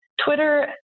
Twitter